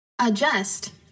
Adjust